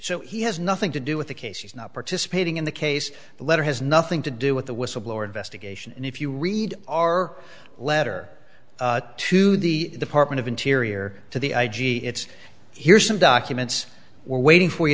so he has nothing to do with the case he's not participating in the case the letter has nothing to do with the whistleblower investigation and if you read our letter to the department of interior to the i g it's here's some documents we're waiting for you